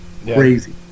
Crazy